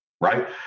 right